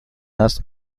است